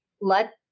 let